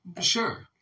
Sure